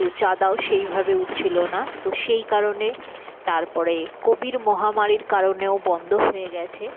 তো চাঁদাও সেইভাবে উঠছিল না তো সেই কারণে তারপরে কোভিড মহামারীর কারণেও বন্ধ হয়ে গেছে